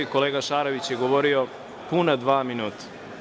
Kolega Šarović je govorio puna dva minuta.